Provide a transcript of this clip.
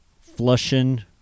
Flushing